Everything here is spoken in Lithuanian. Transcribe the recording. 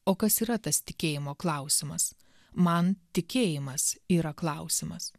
o kas yra tas tikėjimo klausimas man tikėjimas yra klausimas